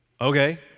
okay